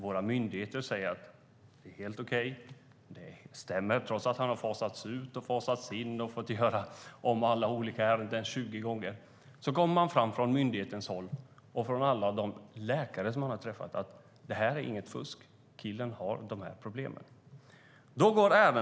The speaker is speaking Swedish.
Våra myndigheter säger att det är helt okej och att det stämmer, trots att han har fasats ut och fasats in och fått göra om alla olika ärenden 20 gånger kommer myndigheten och alla de läkare som han har träffat fram till att det inte är något fusk. Killen har de här problemen.